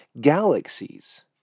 galaxies